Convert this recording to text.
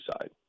side